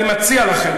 אני מציע לכם,